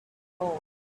cool